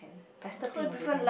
pastel pink also can